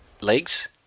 legs